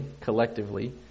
collectively